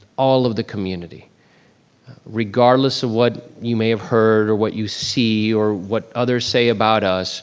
all of the community regardless of what you may have heard, or what you see, or what others say about us